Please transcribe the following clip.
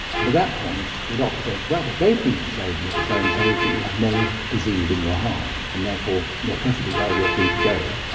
at that point the doctor says, well, we're very pleased to say, mr so-and-so, and so that you have no disease in your heart and therefore you're perfectly well, you're free to go.